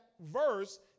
verse